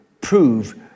Prove